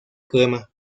crema